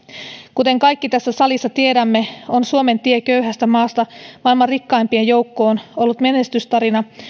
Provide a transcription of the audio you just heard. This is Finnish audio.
kuten kaikki tässä salissa tiedämme on suomen tie köyhästä maasta maailman rikkaimpien joukkoon ollut menestystarina